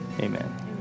Amen